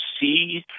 see